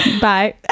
Bye